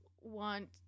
want